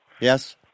Yes